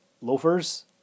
loafers